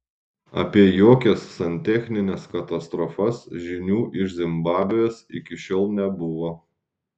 apie jokias santechnines katastrofas žinių iš zimbabvės iki šiol nebuvo